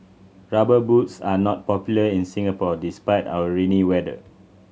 Rubber Boots are not popular in Singapore despite our rainy weather